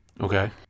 okay